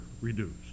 reduced